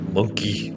Monkey